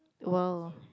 it will